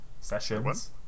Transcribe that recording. Sessions